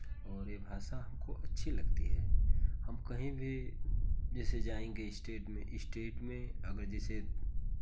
और ये भाषा हमको अच्छी लगती है हम कहीं भी जैसे जाएंगे स्टेट में स्टेट में अगर जैसे